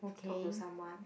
talk to someone